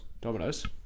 Dominoes